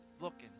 looking